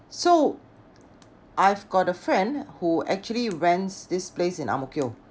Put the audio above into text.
so I've got a friend who actually rents this place in ang mo kio